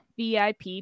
VIP